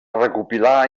recopilar